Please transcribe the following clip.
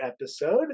episode